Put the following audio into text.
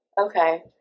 Okay